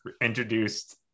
introduced